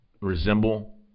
resemble